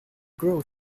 grow